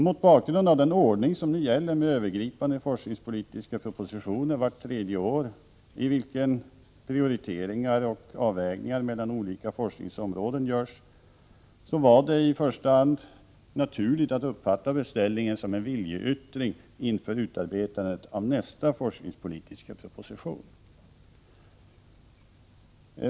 Mot bakgrund av den ordning som gäller beträffande övergripande forskningspolitiska propositioner vart tredje år i vilka prioriteringar och avvägningar mellan olika forskningsområden görs var det i första hand naturligt att uppfatta beställningen som en viljeyttring inför utarbetandet av nästa forskningspolitiska proposition.